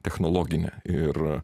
technologinė ir